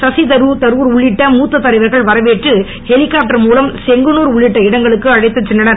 Sasi Tharoor உள்ளிட்ட மூத்த தலைவர்கள் வரவேற்று ஹெலிகாப்டர் மூலம் செங்கனூர் உள்ளிட்ட இடங்களுக்கு அழைத்து சென்றனர்